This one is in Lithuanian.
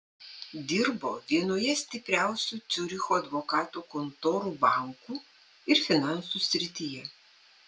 dirbo vienoje stipriausių ciuricho advokatų kontorų bankų ir finansų srityje